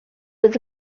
was